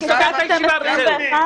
אני סוגר את הישיבה וזהו.